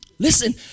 Listen